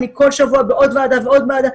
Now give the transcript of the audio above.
אני כל שבוע בעוד ועדה ועוד ועדה,